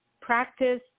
practice